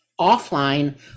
offline